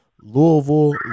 Louisville